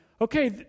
okay